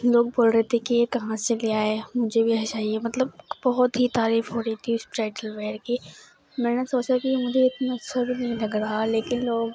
لوگ بول رہے تھے کہ یہ کہاں سے لیا ہے مجھے بھی یہ چاہیے مطلب بہت ہی تعریف ہو رہی تھی اس برائڈل ویئر کی میں نے سوچا کہ مجھے اتنا اچھا نہیں لگ رہا لیکن لوگ